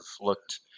looked